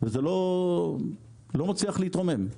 וזה לא מצליח להתרומם.